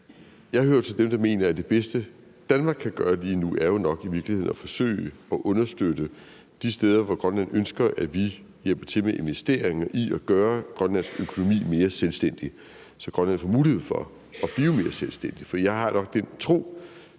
Jeg hører jo til dem, der mener, at det bedste, Danmark kan gøre lige nu, nok i virkeligheden er at forsøge at understøtte de steder, hvor Grønland ønsker at vi hjælper til med investeringer i at gøre Grønlands økonomi mere selvstændig, så Grønland får mulighed for at blive mere selvstændig. For jeg har nok den tro,